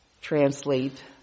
translate